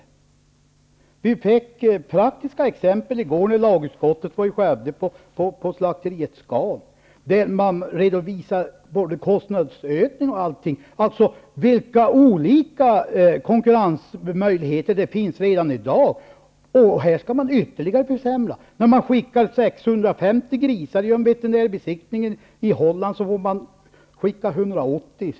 Lagutskottet fick i går praktiska exempel på detta när vi besökte Scans slakteri i Skövde där man redovisar både kostnadsökningar och annat. Det är redan i dag olika konkurrensmöjligheter. Här skall man ytterligare försämra möjligheterna. När man i Holland kan skicka 650 grisar genom veterinärbesiktning, kan man i Sverige skicka 180.